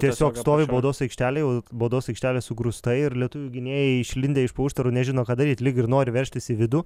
tiesiog stovi baudos aikštelėje o baudos aikštelė sugrūsta ir lietuvių gynėjai išlindę iš po užtvarų nežino ką daryti lyg ir nori veržtis į vidų